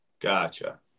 Gotcha